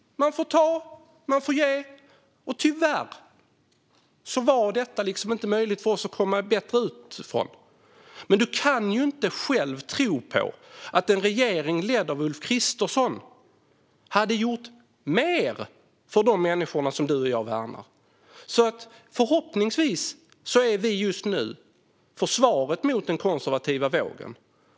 Man får ge och ta, och tyvärr var det inte möjligt för oss att komma bättre ut ur det här. Du kan inte själv tro att en regering ledd av Ulf Kristersson hade gjort mer för människorna som du och jag värnar. Förhoppningsvis är vi just nu försvaret mot den konservativa vågen.